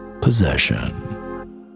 Possession